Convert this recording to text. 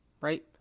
right